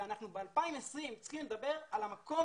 וב-2020 אנחנו צריכים לדבר על המקום